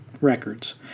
records